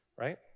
right